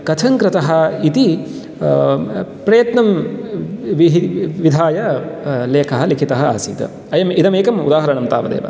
कथङ्कृतः इति प्रयत्नं विधाय लेखः लिखितः आसीत् अयम् इदम् एकम् उदाहरणं तावदेव